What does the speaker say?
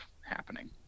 happening